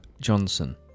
Johnson